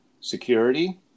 security